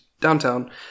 downtown